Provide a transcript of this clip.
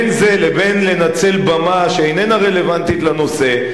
בין זה לבין לנצל במה שאיננה רלוונטית לנושא,